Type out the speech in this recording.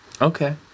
Okay